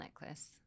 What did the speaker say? necklace